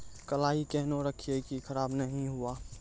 कलाई केहनो रखिए की खराब नहीं हुआ?